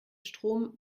strom